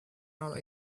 out